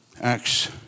Acts